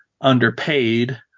underpaid